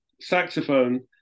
saxophone